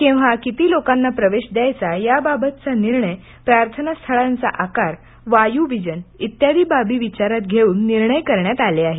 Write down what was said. केव्हा किती लोकांना प्रवेश द्यायचा याबाबतचा निर्णय प्रार्थना स्थळांचा आकार वायुविजन इत्यादी बाबी विचारात घेऊन निर्णय करण्यात आले आहेत